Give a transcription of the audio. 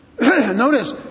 Notice